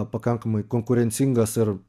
pakankamai konkurencingas ir